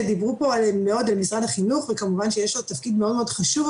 דיברו על משרד החינוך וכמובן שיש לו תפקיד מאוד מאוד חשוב,